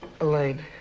Elaine